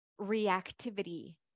reactivity